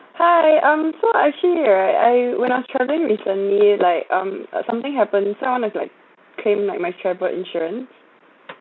hi um so actually right I when I'm travelling with my mum like um uh something happened so I'm just like claim like my travel insurance